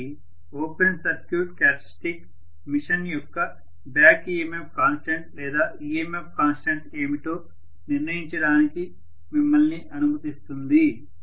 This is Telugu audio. కాబట్టి ఓపెన్ సర్క్యూట్ క్యారెక్టర్స్టిక్స్ మెషిన్ యొక్క బ్యాక్ EMF కాన్స్టెంట్ లేదా EMF కాన్స్టెంట్ ఏమిటో నిర్ణయించడానికి మిమ్మల్ని అనుమతిస్తుంది